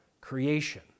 creation